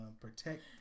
protect